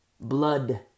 Blood